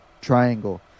triangle